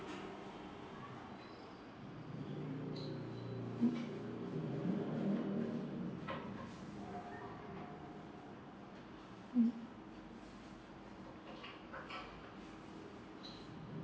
mm hmm